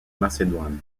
macédoine